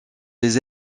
les